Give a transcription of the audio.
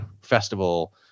festival